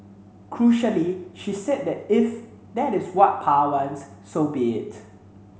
crucially she said that if that is what Pa wants so be it